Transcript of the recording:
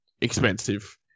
expensive